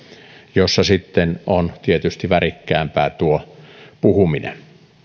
jossa on tietysti värikkäämpää tuo puhuminen